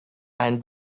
and